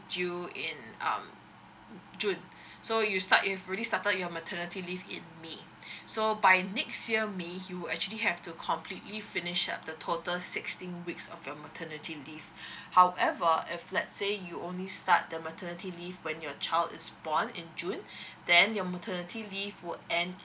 due in um june so you start if you've really started your maternity leave in may so by next year may you'll actually have to completely finish up the total sixteen weeks of your maternity leave however if let's say you only start the maternity leave when your child is born in june then your maternity leave will end